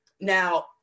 Now